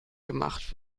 gemacht